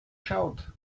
schaut